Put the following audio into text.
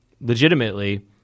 legitimately